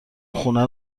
خونه